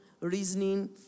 reasoning